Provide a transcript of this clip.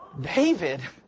David